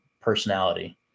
personality